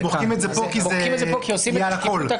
מוחקים את זה פה, כי זה יהיה על הכול.